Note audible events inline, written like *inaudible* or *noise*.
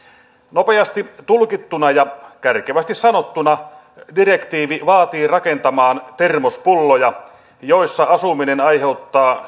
nopeasti tulkittuna ja kärkevästi sanottuna direktiivi vaatii rakentamaan termospulloja joissa asuminen aiheuttaa *unintelligible*